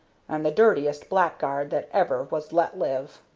and the dirtiest blackguard that ever was let live.